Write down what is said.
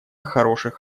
хороших